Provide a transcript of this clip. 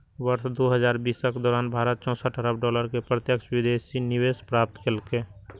वर्ष दू हजार बीसक दौरान भारत चौंसठ अरब डॉलर के प्रत्यक्ष विदेशी निवेश प्राप्त केलकै